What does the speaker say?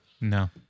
no